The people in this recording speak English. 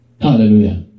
Hallelujah